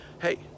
Hey